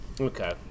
okay